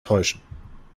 täuschen